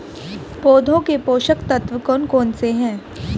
पौधों के पोषक तत्व कौन कौन से हैं?